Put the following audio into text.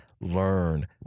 learn